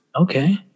Okay